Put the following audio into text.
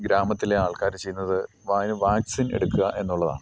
ഗ്രാമത്തിലെ ആൾക്കാർ ചെയ്യുന്നത് വാക്സിൻ എടുക്കുക എന്നുള്ളതാണ്